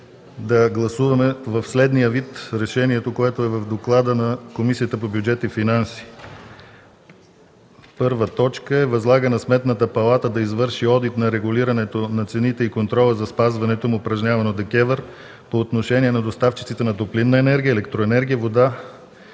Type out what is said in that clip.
да гласуваме решението, което е в доклада на Комисията по бюджет и финанси, в следния вид: „1. Възлага на Сметната палата да извърши одит на регулирането на цените и контрола за спазването му, упражняван от ДКЕВР, по отношение на доставчиците на топлинна енергия, електроенергия, вода,